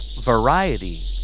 variety